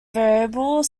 variable